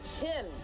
chin